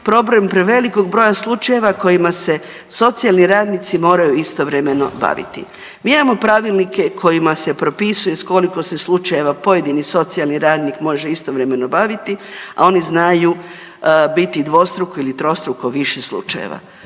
problem prevelikog broja slučajeva kojima se socijalni radnici moraju istovremeno baviti. Mi imamo pravilnike kojima se propisuje sa koliko se slučajeva pojedini socijalni radni, može istovremeno baviti a oni znaju biti dvostruko ili trostruko više slučajeva.